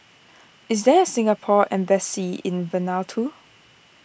is there a Singapore Embassy in Vanuatu